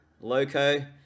Loco